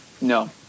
No